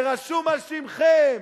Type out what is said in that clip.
זה רשום על שמכם.